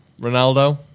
Ronaldo